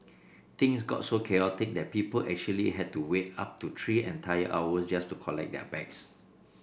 things got so chaotic that people actually had to wait up to three entire hours just to collect their bags